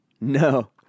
no